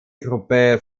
gruppe